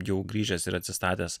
jau grįžęs ir atsistatęs